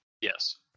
Yes